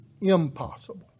impossible